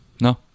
No